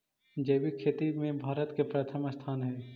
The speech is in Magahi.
जैविक खेती में भारत के प्रथम स्थान हई